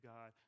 God